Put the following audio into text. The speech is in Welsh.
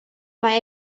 mae